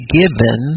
given